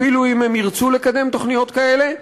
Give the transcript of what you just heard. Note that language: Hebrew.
אפילו אם הן ירצו לקדם תוכניות כאלה,